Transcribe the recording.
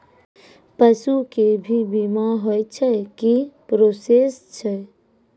पसु के भी बीमा होय छै, की प्रोसेस छै?